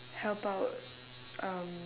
help out um